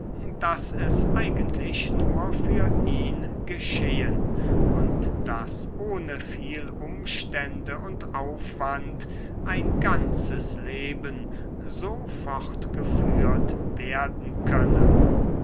daß es eigentlich nur für ihn geschehen und daß ohne viel umstände und aufwand ein ganzes leben so fortgeführt werden könne